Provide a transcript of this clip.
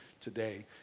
today